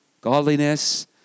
godliness